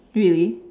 really